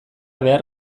behar